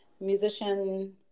musician